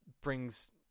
brings